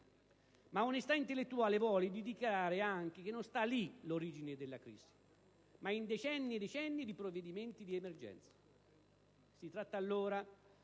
onestà intellettuale vuole di dichiarare anche che non sta lì l'origine della crisi, ma in vari decenni di provvedimenti di emergenza.